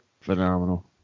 Phenomenal